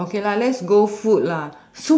okay lah let's go food lah